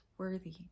worthy